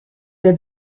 der